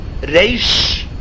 reish